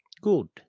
Good